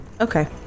Okay